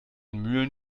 mühlen